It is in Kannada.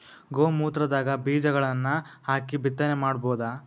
ಗೋ ಮೂತ್ರದಾಗ ಬೀಜಗಳನ್ನು ಹಾಕಿ ಬಿತ್ತನೆ ಮಾಡಬೋದ?